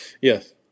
Yes